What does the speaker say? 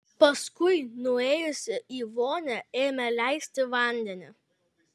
paskui nuėjusi į vonią ėmė leisti vandenį